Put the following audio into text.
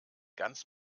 ganz